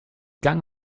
gang